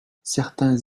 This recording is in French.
certains